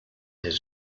his